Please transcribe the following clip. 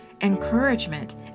encouragement